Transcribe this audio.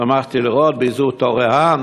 שמחתי לראות באזור טורעאן,